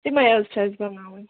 تِمَے حظ چھِ أسۍ بَناوٕنۍ